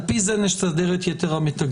על פי זה נסדר את יתר המתגים.